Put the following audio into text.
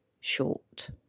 short